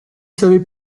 savez